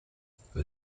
for